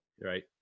Right